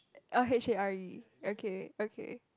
uh H A R E okay okay